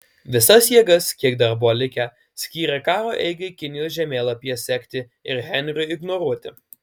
visas jėgas kiek dar buvo likę skyrė karo eigai kinijos žemėlapyje sekti ir henriui ignoruoti